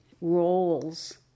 roles